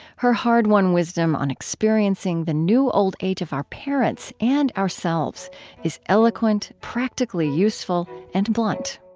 her hard-won wisdom on experiencing the new old age of our parents and ourselves is eloquent, practically useful, and blunt